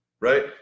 right